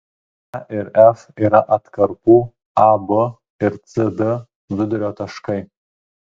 e ir f yra atkarpų ab ir cd vidurio taškai